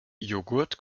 joghurt